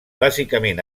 bàsicament